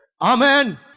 Amen